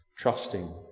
trusting